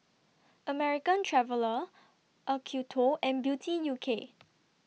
American Traveller Acuto and Beauty U K